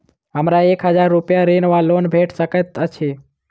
हमरा एक हजार रूपया ऋण वा लोन भेट सकैत अछि?